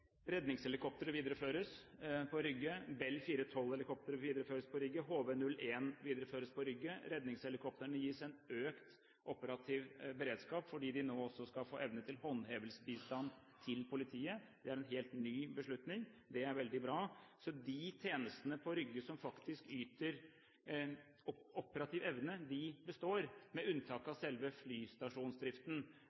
redningshelikopteret på Rygge videreføres, basen for Bell 412-helikopteret videreføres på Rygge, HV-01 videreføres på Rygge, og redningshelikoptrene gis en økt operativ beredskap fordi de nå også skal få evne til håndhevelsesbistand til politiet. Det er en helt ny beslutning. Det er veldig bra. Så de tjenestene på Rygge som faktisk yter operativ evne, består, med unntak